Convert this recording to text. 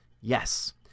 Yes